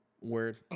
Word